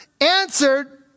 answered